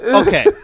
okay